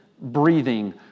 breathing